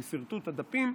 עם סרטוט על דפים.